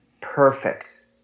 perfect